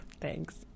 Thanks